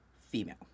female